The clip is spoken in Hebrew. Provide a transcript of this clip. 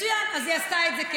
מצוין, אז היא עשתה את זה.